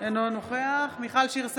אינו נוכח מיכל שיר סגמן,